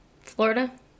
Florida